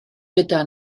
gyda